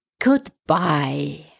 Goodbye